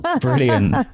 Brilliant